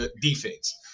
defense